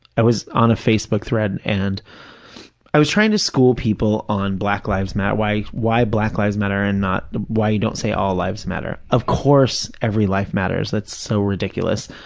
i was on a facebook thread and i was trying to school people on black lives matter, why why black lives matter and why you don't say all lives matter. of course, every life matters, that's so ridiculous.